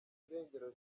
irengero